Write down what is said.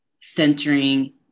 centering